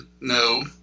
no